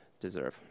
deserve